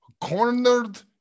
cornered